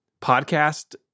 podcast